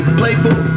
playful